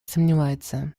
сомневается